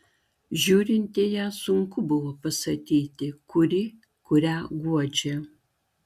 žiūrint į jas sunku buvo pasakyti kuri kurią guodžia